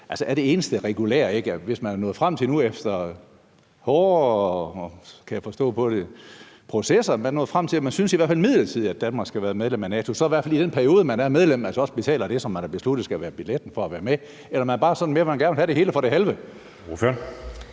Altså, er det eneste regulære ikke, at man – hvis man, som jeg kan forstå på det, efter hårde processer nu er nået frem til, at man i hvert fald synes, at Danmark midlertidigt skal være medlem af NATO – så i hvert fald i den periode, hvor man er medlem, også betaler det, som man har besluttet skal være billetten for at være med? Eller er det bare sådan, at man gerne vil have det hele for det halve?